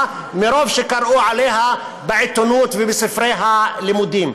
מרוב שקראו עליה בעיתונות ובספרי הלימודים.